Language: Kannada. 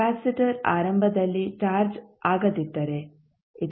ಕೆಪಾಸಿಟರ್ ಆರಂಭದಲ್ಲಿ ಚಾರ್ಜ್ ಆಗದಿದ್ದರೆ ಇದರರ್ಥ